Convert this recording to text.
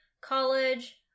college